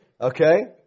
Okay